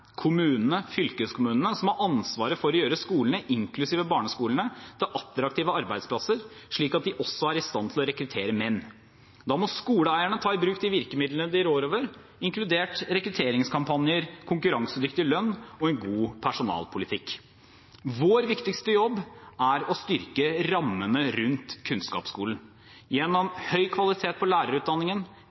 kommunene og fylkeskommunene som har ansvaret for å gjøre skolene, inklusive barneskolene, til attraktive arbeidsplasser, slik at de også er i stand til å rekruttere menn. Da må skoleeierne ta i bruk de virkemidlene de rår over, inkludert rekrutteringskampanjer, konkurransedyktig lønn og en god personalpolitikk. Vår viktigste jobb er å styrke rammene rundt kunnskapsskolen – gjennom høy kvalitet på lærerutdanningen,